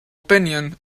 opinion